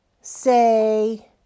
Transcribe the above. Say